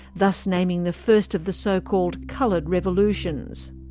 thus naming the first of the so-called coloured revolutions.